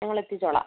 ഞങ്ങൾ എത്തിച്ചോളാം